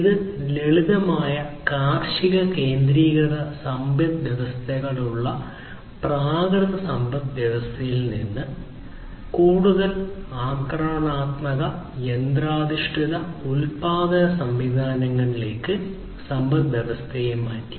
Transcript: ഇത് ലളിതമായ കാർഷിക കേന്ദ്രീകൃത സമ്പദ്വ്യവസ്ഥകളുള്ള പ്രാകൃത സമ്പദ്വ്യവസ്ഥയിൽ നിന്ന് കൂടുതൽ ആക്രമണാത്മക യന്ത്രാധിഷ്ഠിത ഉൽപാദന സംവിധാനങ്ങളിലേക്ക് സമ്പദ്വ്യവസ്ഥയെ മാറ്റി